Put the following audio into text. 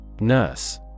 Nurse